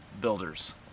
builders